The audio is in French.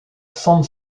san